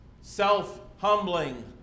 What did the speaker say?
self-humbling